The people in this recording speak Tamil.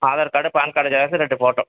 Aadhaar card PAN card xerox ரெண்டு ஃபோட்டோ